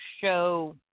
show